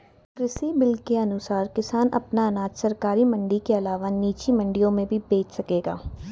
कृषि बिल के अनुसार किसान अपना अनाज सरकारी मंडी के अलावा निजी मंडियों में भी बेच सकेंगे